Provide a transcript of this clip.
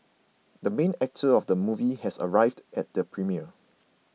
the main actor of the movie has arrived at the premiere